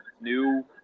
new